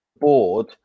board